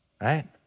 right